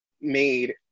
made